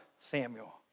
Samuel